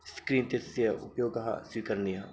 स्क्रीन्त्यस्य उपयोगः स्वीकरणीयः